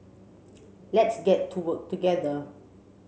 let's get to work together